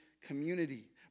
community